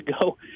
ago